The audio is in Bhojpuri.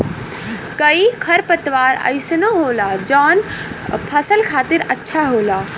कई खरपतवार अइसनो होला जौन फसल खातिर अच्छा होला